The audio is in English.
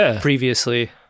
previously